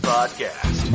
Podcast